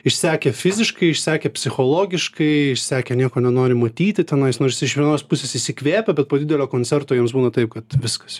išsekę fiziškai išsekę psichologiškai išsekę nieko nenori matyti tenai nors iš vienos pusės įsikvėpę bet po didelio koncerto jiems būna taip kad viskas